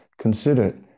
consider